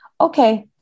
Okay